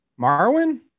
Marwin